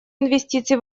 инвестиций